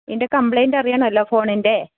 ഇതിൻ്റെ കംപ്ലൈൻറ്റ് അറിയണല്ലോ ഫോണിൻ്റെ